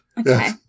Okay